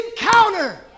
encounter